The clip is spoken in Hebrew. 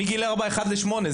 ומגיל ארבע אחד לשמונה,